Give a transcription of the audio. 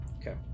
Okay